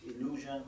illusion